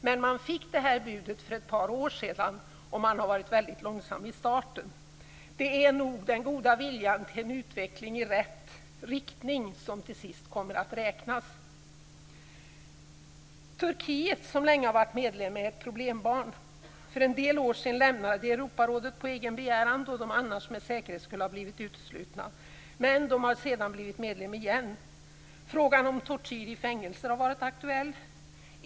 Men man fick det här budet för ett par år sedan, och man har varit väldigt långsam i starten. Det är nog den goda viljan till en utveckling i rätt riktning som till sist kommer att räknas. Turkiet, som länge varit medlem, är ett problembarn. För en del år sedan lämnade Turkiet Europarådet på egen begäran, då de annars med all säkerhet skulle ha blivit uteslutna. Turkiet har sedan blivit medlem igen. Frågan om tortyr i fängelser har varit aktuell.